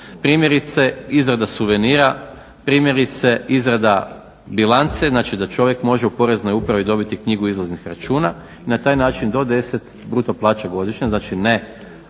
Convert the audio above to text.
Primjerice izrada suvenira primjerice izrada bilance, znači da čovjek može u Poreznoj upravi dobiti knjigu izlaznih računa i na taj način do 10 bruto plaća godišnje, znači ne kad